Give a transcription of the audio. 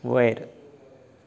वयर